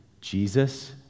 Jesus